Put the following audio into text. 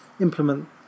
implement